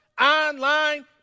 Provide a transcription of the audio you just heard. online